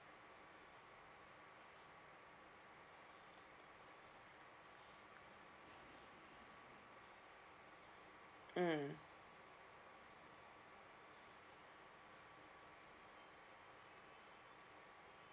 mm